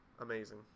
Amazing